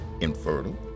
infertile